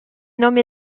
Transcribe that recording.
nommé